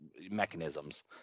mechanisms